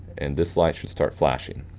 and this light should start flashing.